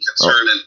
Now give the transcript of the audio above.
concerning